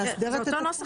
מאסדרת את התחום?